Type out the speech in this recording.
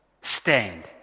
Stand